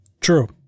true